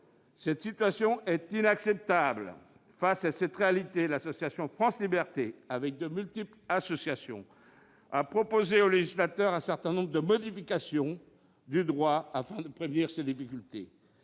Cette situation est inacceptable ! Face à cette réalité, l'association France Libertés et d'autres ont proposé au législateur un certain nombre de modifications du droit afin de prévenir ces difficultés.